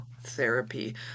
therapy